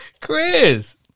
Chris